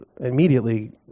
immediately